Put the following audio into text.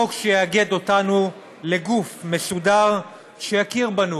חוק שיאגד אותנו לגוף מסודר שיכיר בנו